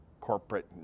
corporate